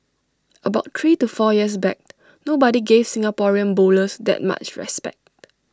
about three to four years back nobody gave Singaporean bowlers that much respect